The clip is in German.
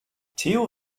theo